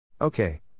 Okay